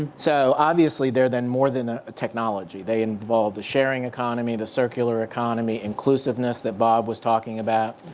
so, obviously, they're then more than ah technology. they involve the sharing economy. the circular economy. inclusiveness that bob was talking about.